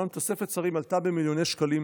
אומנם תוספת שרים עלתה במיליוני שקלים,